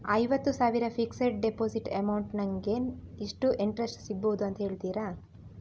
ಐವತ್ತು ಸಾವಿರ fixed deposit amount ಗೆ ನಂಗೆ ಎಷ್ಟು ಇಂಟ್ರೆಸ್ಟ್ ಸಿಗ್ಬಹುದು ಅಂತ ಹೇಳ್ತೀರಾ?